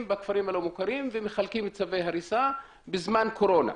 בכפרים הלא מוכרים ומחלקים צווי הריסה בזמן קורונה.